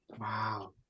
Wow